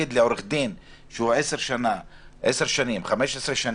לעורך דין שעובד כבר 10 15 שנים,